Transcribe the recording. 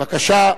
בבקשה,